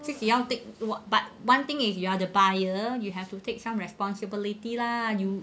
自己要 take some responsibility lah you